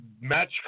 match